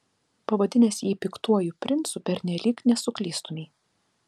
pavadinęs jį piktuoju princu pernelyg nesuklystumei